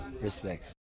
Respect